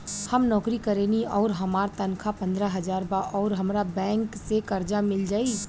हम नौकरी करेनी आउर हमार तनख़ाह पंद्रह हज़ार बा और हमरा बैंक से कर्जा मिल जायी?